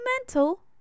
mental